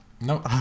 No